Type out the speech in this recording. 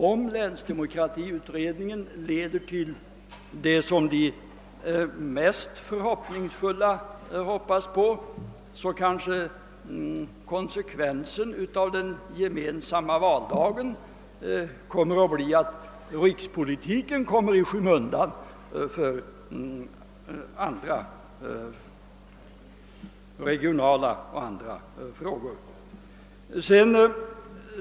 Om länsdemokratiutredningens arbete leder till det som de mest förhoppningsfulla tänker sig, blir måhända konsekvensen av den gemensamma valdagen att rikspolitiken kommer i skymundan för regionala frågor o. d.